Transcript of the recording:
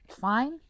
fine